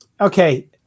Okay